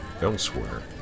elsewhere